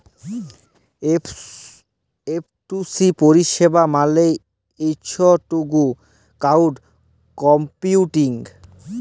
F two C পরিষেবা মালে হছ ফগ টু ক্লাউড কম্পিউটিং